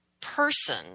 person